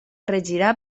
regirà